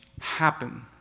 happen